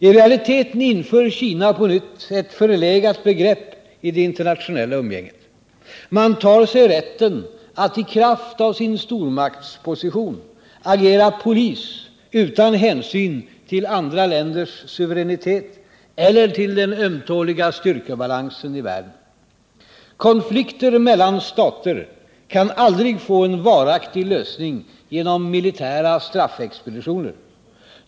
I realiteten inför Kina på nytt ett förlegat begrepp i det internationella umgänget. Man tar sig rätten att i kraft av sin stormaktsposition agera polis utan hänsyn till andra länders suveränitet eller den ömtåliga styrkebalansen i världen. Konflikter mellan stater kan aldrig få en varaktig lösning genom militära straffexpeditioner.